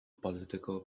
political